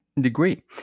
degree